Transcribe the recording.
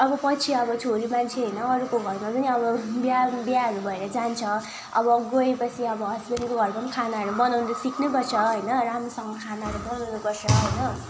अब पछि अब छोरी मान्छे होइन अरूको घरमा पनि अब बिहा बिहाहरू भएर जान्छ अब गएपछि अब हस्बेन्डको घरमा पनि खानाहरू बनाउनु सिक्नैपर्छ होइन राम्रोसँग खानाहरू बनाउनुपर्छ होइन